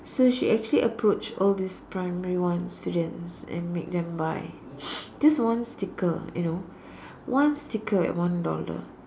so she actually approached all these primary one students and make them buy just one sticker you know one sticker at one dollar